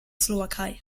slowakei